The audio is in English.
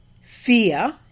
fear